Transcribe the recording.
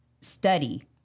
study